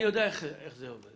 אני יודע איך זה עובד.